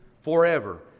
forever